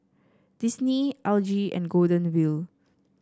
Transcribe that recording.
Disney L G and Golden Wheel